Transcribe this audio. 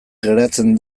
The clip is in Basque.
geratzen